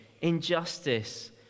injustice